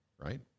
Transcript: right